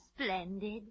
Splendid